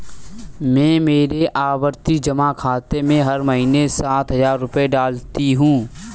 मैं मेरे आवर्ती जमा खाते में हर महीने सात हजार रुपए डालती हूँ